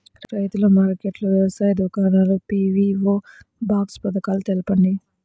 రైతుల మార్కెట్లు, వ్యవసాయ దుకాణాలు, పీ.వీ.ఓ బాక్స్ పథకాలు తెలుపండి?